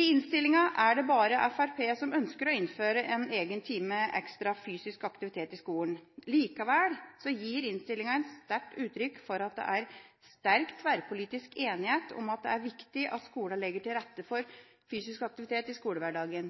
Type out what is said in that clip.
I innstillinga er det bare Fremskrittspartiet som ønsker å innføre en egen time ekstra fysisk aktivitet i skolen. Likevel gir innstillinga uttrykk for sterk tverrpolitisk enighet om at det er viktig at skolene legger til rette for fysisk aktivitet i skolehverdagen.